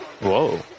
Whoa